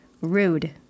rude